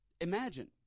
imagine